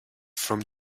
from